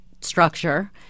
structure